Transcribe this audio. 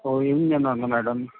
हो येऊन जाणार ना मॅडम